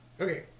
Okay